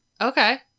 Okay